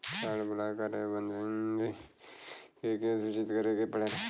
Card block करे बदी के के सूचित करें के पड़ेला?